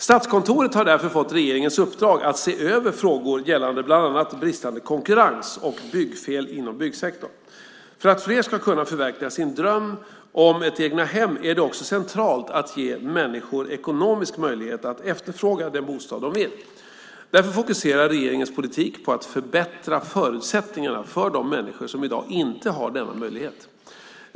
Statskontoret har därför fått regeringens uppdrag att se över frågor gällande bland annat bristande konkurrens och byggfel inom byggsektorn. För att fler ska kunna förverkliga sin dröm om ett egnahem är det också centralt att ge människor ekonomisk möjlighet att efterfråga den bostad de vill. Därför fokuserar regeringens politik på att förbättra förutsättningarna för de människor som i dag inte har denna möjlighet.